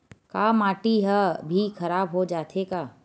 का माटी ह भी खराब हो जाथे का?